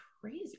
crazy